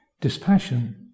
Dispassion